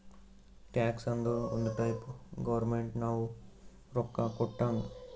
tax ಅಂದುರ್ ಒಂದ್ type government ನಾವು ರೊಕ್ಕಾ ಕೊಟ್ಟಂಗ್